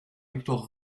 victoire